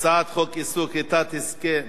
הצעת חוק איסור כריתת הסכם